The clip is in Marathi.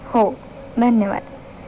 हो धन्यवाद